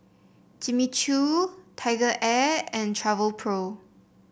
Jimmy Choo TigerAir and Travelpro